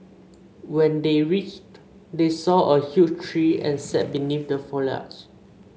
when they reached they saw a huge tree and sat beneath the foliage